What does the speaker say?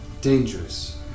Dangerous